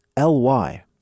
ly